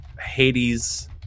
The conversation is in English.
Hades